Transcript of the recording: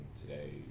today